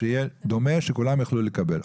שיהיה דומה ושכולם יוכלו לקבל.